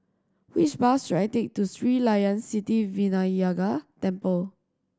which bus should I take to Sri Layan Sithi Vinayagar Temple